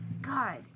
God